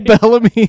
Bellamy